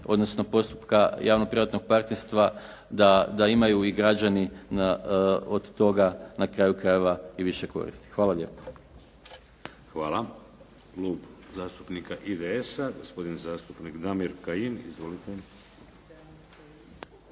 odnosno postupka javno-privatnog partnerstva, da imaju i građani od toga na kraju krajeva i više koristi. Hvala lijepo.